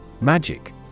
Magic